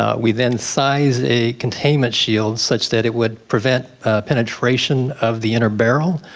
ah we then size a containment shield such that it would prevent penetration of the inner barrel.